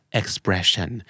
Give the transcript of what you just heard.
expression